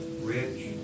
Rich